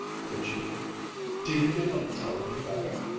could you do you feel like telling me about it?